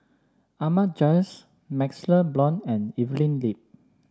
Ahmad Jais MaxLe Blond and Evelyn Lip